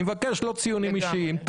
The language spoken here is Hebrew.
אני מבקש, לא ציונים אישיים.